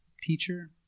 teacher